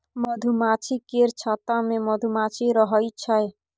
मधुमाछी केर छत्ता मे मधुमाछी रहइ छै